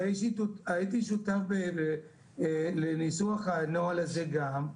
אני הייתי שותף לניסוח הנוהל הזה גם.